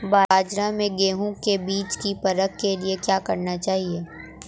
बाज़ार में गेहूँ के बीज की परख के लिए क्या करना चाहिए?